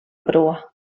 proa